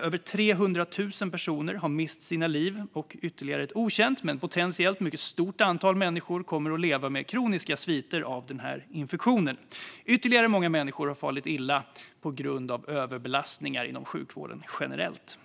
Över 300 000 personer har mist sina liv, och ytterligare ett okänt men potentiellt mycket stort antal människor kommer att leva med kroniska sviter av infektionen. Ytterligare många människor har farit illa på grund av överbelastning inom sjukvården generellt.